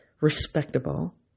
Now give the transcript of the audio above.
respectable